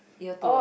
year two ah